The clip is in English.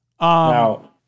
Now